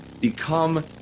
become